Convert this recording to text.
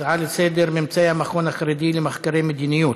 הצעה לסדר-היום: ממצאי המכון החרדי למחקרי מדיניות,